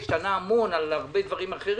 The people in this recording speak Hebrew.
השתנה המון על הרבה דברים אחרים,